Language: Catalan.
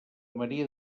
maria